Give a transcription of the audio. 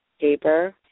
paper